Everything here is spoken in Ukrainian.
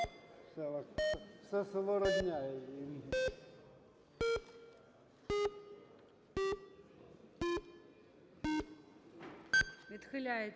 Відхиляється.